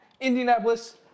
Indianapolis